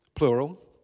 plural